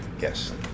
Yes